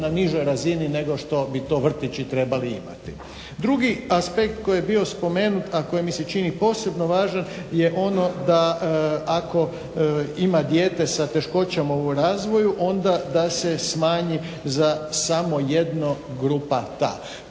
na nižoj razini nego što bi to vrtići trebali imati. Drugi aspekt koji je bio spomenut, a koji mi se čini posebno važan je ono da ako ima dijete sa teškoćama u razvoju onda da se smanji za samo jedno grupa ta.